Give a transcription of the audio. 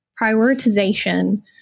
prioritization